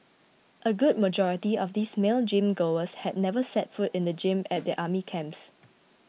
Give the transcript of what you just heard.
a good majority of these male gym goers had never set foot in the gym at their army camps